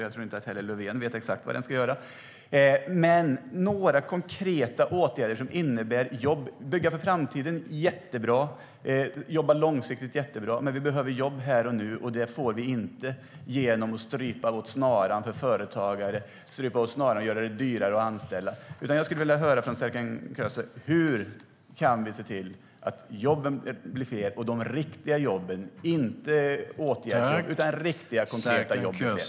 Jag tror inte att Löfven heller vet exakt vad en sådan ska göra. Jag vill höra från Serkan Köse hur vi kan se till att de riktiga, konkreta jobben - inte åtgärdsjobb - blir fler.